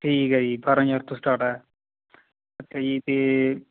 ਠੀਕ ਹੈ ਜੀ ਅਠਾਰਾਂ ਹਜ਼ਾਰ ਤੋਂ ਸਟਾਰਟ ਹੈ ਅੱਛਾ ਜੀ ਅਤੇ